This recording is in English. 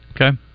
Okay